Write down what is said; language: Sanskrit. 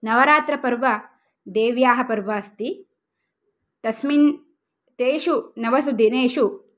नवरात्रपर्व देव्याः पर्व अस्ति तस्मिन् तेषु नवसु दिनेषु